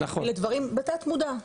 לדברים בתת-מודע,